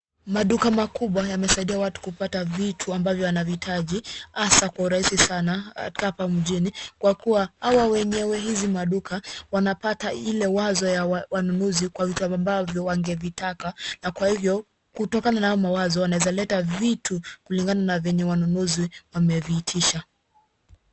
Maduka makubwa yamesaidia watu kupata vitu ambavyo wanavihitaji, hasa kwa urahisi hapa nchini kwa kuwa hawa wenyewe hizi maduka wanapata ile wazo ya wanunuzi kwa vitu ambavyo wangevitaka na kwa hivyo kutokana na hayo mawazo wanaweza leta vitu kulingana na vyenye wanunuzi wameviitisha.